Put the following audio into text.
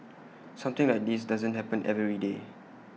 something like this doesn't happen every day